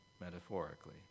metaphorically